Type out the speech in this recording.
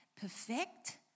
perfect